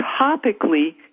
topically